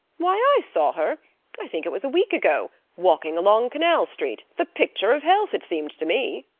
why, i saw her i think it was a week ago walking along canal street, the picture of health, it seemed to me.